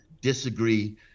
disagree